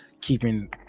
keeping